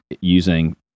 using